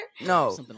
No